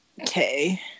Okay